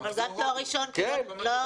אבל גם תואר ראשון, לא